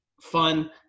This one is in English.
fun